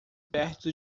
perto